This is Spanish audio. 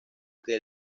que